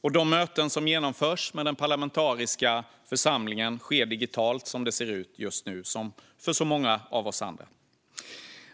Som det ser ut just nu, för oss som för så många andra, sker de möten som genomförs med den parlamentariska församlingen digitalt.